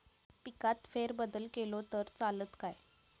पिकात फेरबदल केलो तर चालत काय?